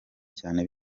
cyane